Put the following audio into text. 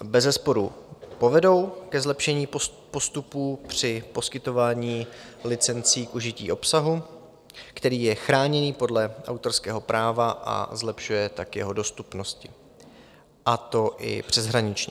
Bezesporu povedou ke zlepšení postupů při poskytování licencí k užití obsahu, který je chráněný podle autorského práva, a zlepšení jeho dostupnosti, a to i přeshraničně.